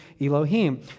Elohim